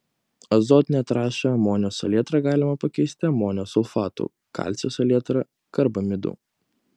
azotinę trąšą amonio salietrą galima pakeisti amonio sulfatu kalcio salietra karbamidu